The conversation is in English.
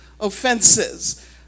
offenses